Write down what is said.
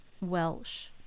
Welsh